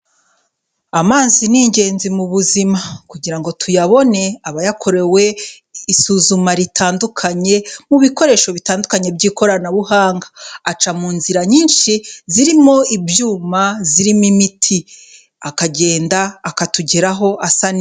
Amazi n'ingenzi mu buzima, kugira ngo tuyabone aba yakorewe isuzuma ritandukanye, mu bikoresho bitandukanye by'ikoranabuhanga, aca mu nzira nyinshi zirimo ibyuma, zirimo imiti akagenda akatugeraho asa ne...